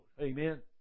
Amen